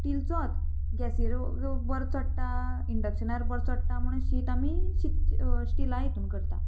स्टीलचोच गॅसीर बरो चडटा इंडक्शनार बरो चडटा म्हणून शीत आमी शीत स्टिलाय हितून करता